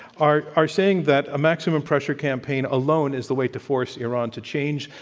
are are saying that a maximum pressure campaign alone is the way to force iran to change.